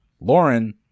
Lauren